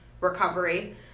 recovery